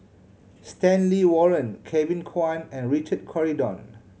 Stanley Warren Kevin Kwan and Richard Corridon